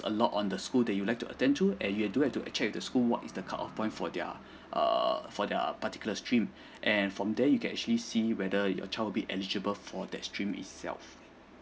a lot on the school that you'd like to attend to and you do have to check the school what is the cut off point for their err for their particulars stream and from there you can actually see whether your child would be eligible for that stream itself